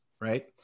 right